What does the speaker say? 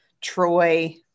Troy